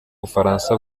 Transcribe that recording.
bufaransa